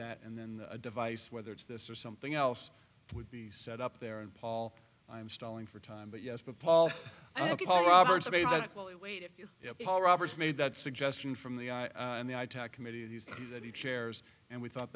that and then the device whether it's this or something else would be set up there and paul i'm stalling for time but yes but paul ok paul roberts i mean you all roberts made that suggestion from the on the i tack committees that he chairs and we thought